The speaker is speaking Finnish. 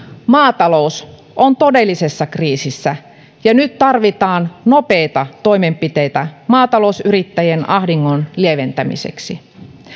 maatalous on todellisessa kriisissä ja nyt tarvitaan nopeita toimenpiteitä maatalousyrittäjien ahdingon lieventämiseksi